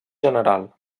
general